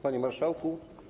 Panie Marszałku!